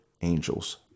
angel's